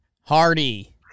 Hardy